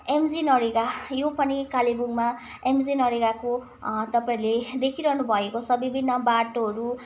MGNREGA यो पनि कालेबुङमा एमजेनरेगाको तपाईँहरूले देखिरहनु भएको छ विभिन्न बाटोहरू